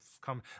come